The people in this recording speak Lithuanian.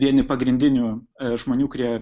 vieni pagrindinių žmonių kurie